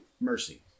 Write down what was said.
mercy